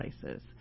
places